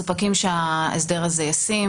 למעשה אדוני שמע שאנחנו מסופקים שההסדר הזה ישים,